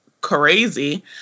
crazy